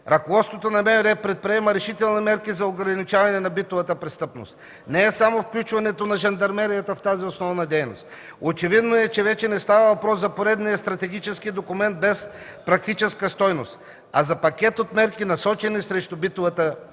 Ръководството на МВР предприема решителни мерки за ограничаване на битовата престъпност, не е само включването на жандармерията в тази основна дейност. Очевидно е, че вече не става въпрос за поредния стратегически документ без практическа стойност, а за пакет от мерки, насочени срещу битовата престъпност.